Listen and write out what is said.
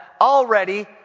already